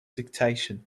dictation